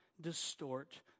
distort